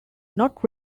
not